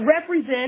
represent